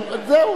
זהו,